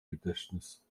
gedächtnis